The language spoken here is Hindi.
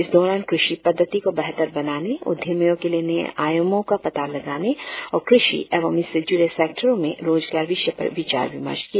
इस दौरान क्रषि पद्धति को बेहतर बनाने उद्यमियों के लिए नए आयामों का पता लगाने और कृषि एवं इससे जुड़े सेक्टरों में रोजगार विषय पर विचार विमर्श किया